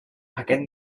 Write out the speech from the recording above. aquest